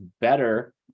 better